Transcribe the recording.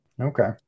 Okay